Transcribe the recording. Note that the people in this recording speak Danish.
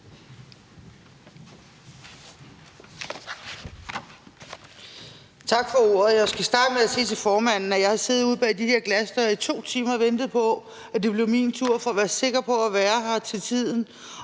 Tak for ordet. Jeg skal starte med at sige til formanden, at jeg har siddet ude bag de der glasdøre i 2 timer og ventet på, at det blev min tur, for at være sikker på at være her til tiden